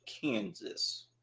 Kansas